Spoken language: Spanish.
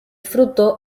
fruto